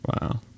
wow